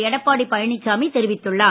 எடப்பாடி பழனிசாமி தெரிவித்துள்ளார்